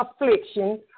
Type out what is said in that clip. affliction